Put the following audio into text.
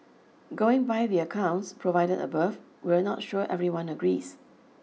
going by the accounts provided above we're not sure everyone agrees